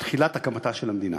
תחילת הקמתה של המדינה.